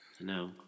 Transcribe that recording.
No